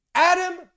Adam